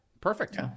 Perfect